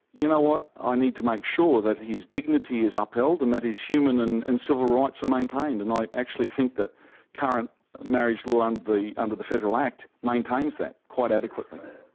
you know what i need to make sure that his dignity is upheld and that his human and and civil rights are maintained, and i actually think that current marriage law um under the federal act maintains that quite adequately.